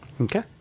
Okay